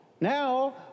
now